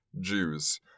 Jews